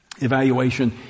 evaluation